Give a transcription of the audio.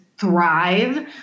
thrive